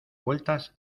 vueltas